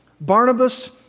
Barnabas